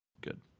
good